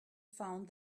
found